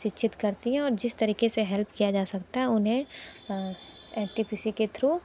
शिक्षित करती हैं और जिस तरह से हेल्प किया जा सकता हैं उन्हें एन टी पी सी के थ्रू